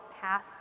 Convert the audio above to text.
path